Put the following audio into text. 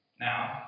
Now